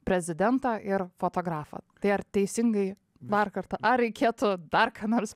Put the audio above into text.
prezidentą ir fotografą tai ar teisingai dar kartą ar reikėtų dar ką nors